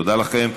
תודה לכם.